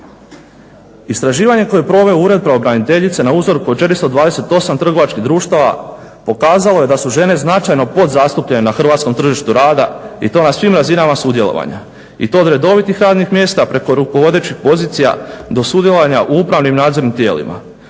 Istraživanje koje je proveo Ured pravobraniteljice na uzorku od 428 trgovačkih društava pokazalo je da su žene značajno podzastupljene na hrvatskom tržištu rada i to na svim razinama sudjelovanja i to od redovitih radnih mjesta preko rukovodećih pozicija do sudjelovanja u upravnim nadzornim tijelima.